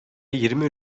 yirmi